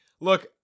Look